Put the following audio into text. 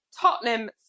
Tottenham